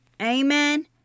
Amen